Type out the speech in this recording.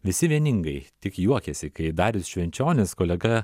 visi vieningai tik juokiasi kai darius švenčionis kolega